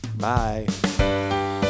Bye